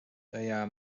tajā